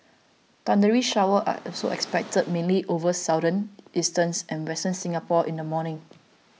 thundery showers are also expected mainly over southern eastern and western Singapore in the morning